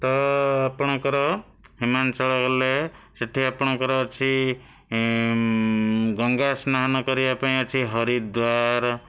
ତ ଆପଣଙ୍କର ହିମାଞ୍ଚଳ ଗଲେ ସେଠି ଆପଣଙ୍କର ଅଛି ଗଙ୍ଗା ସ୍ନାନ କରିବା ପାଇଁ ଅଛି ହରିଦ୍ୱାର